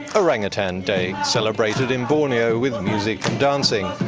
orangutan day, celebrated in borneo with music and dancing.